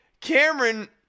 Cameron